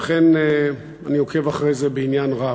לכן, אני עוקב אחרי זה בעניין רב.